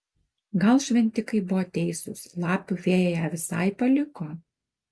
gal šventikai buvo teisūs lapių fėja ją visai paliko